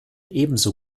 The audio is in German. ebenso